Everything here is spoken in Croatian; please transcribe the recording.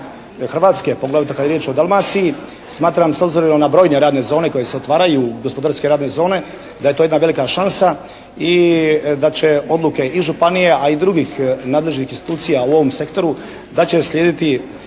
Hrvatske, poglavito kad je riječ o Dalmaciji, smatram s obzirom na brojne radne zone koje se otvaraju, gospodarske radne zone da je to jedna velika šansa i da će odluke i županija, a i drugih nadležnih institucija u ovom sektoru da će slijediti